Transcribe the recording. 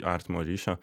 artimo ryšio